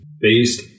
based